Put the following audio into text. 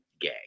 gay